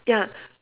ya